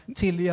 till